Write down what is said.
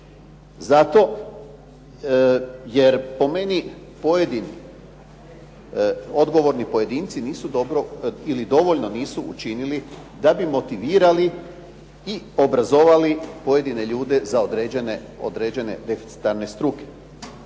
Zato jer po meni pojedini odgovorni pojedinci nisu dobro ili dovoljno nisu učinili da bi motivirali i obrazovali pojedine ljude za određene deficitarne struke.